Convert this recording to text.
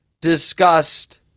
discussed